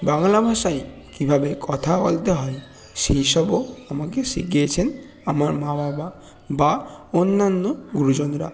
বাংলা ভাষায় কীভাবে কথা বলতে হয় সেই সবও আমাকে শিখিয়েছেন আমার মা বাবা বা অন্যান্য গুরুজনরা